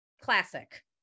Classic